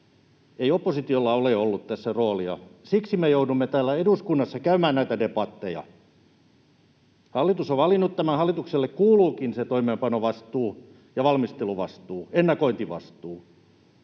Ei oppositiolla ole ollut tässä roolia. Siksi me joudumme täällä eduskunnassa käymään näitä debatteja. Hallitus on valinnut tämän, hallitukselle kuuluukin se toimeenpanovastuu ja valmisteluvastuu, ennakointivastuu,